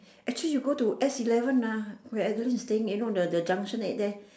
actually you go to S-eleven ah where evan is staying you know the the junction-eight there